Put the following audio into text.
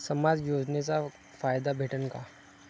समाज योजनेचा फायदा भेटन का?